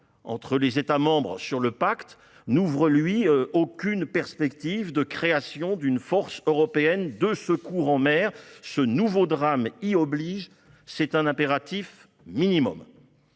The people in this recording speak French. entre les États membres sur le pacte sur la migration et l'asile n'ouvre aucune perspective de création d'une force européenne de secours en mer. Ce nouveau drame y oblige ; c'est un impératif minimum.